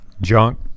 junk